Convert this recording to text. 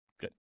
Good